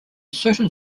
certain